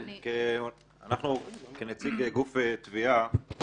כנציג גוף תביעה,